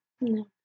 No